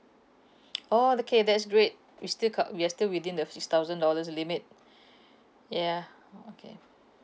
oh okay that's great we still got we're still within the six thousand dollars limit yeah oh okay